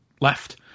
left